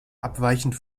abweichend